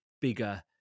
bigger